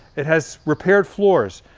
it has repaired floors,